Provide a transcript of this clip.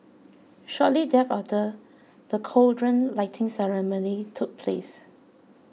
shortly thereafter the cauldron lighting ceremony took place